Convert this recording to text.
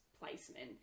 placement